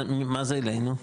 מה זה אלינו?